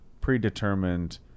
predetermined